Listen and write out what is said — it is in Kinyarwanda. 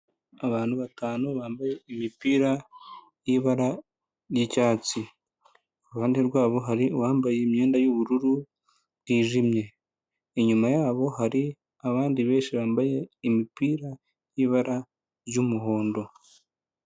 Abantu batanu bambaye imipira y'ibara ry'icyatsi, iruhande rwabo hari uwambaye imyenda y'ubururu yijimye, inyuma yabo hari abandi benshi bambaye imipira y'ibara ry'umuhondo.